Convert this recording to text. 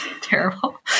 terrible